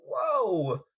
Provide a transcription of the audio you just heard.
Whoa